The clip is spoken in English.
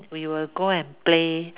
we will go and play